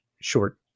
short